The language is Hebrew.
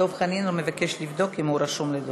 דב חנין מבקש לבדוק אם הוא רשום בדוברים.